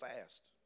fast